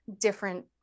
different